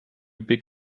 big